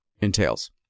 entails